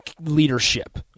leadership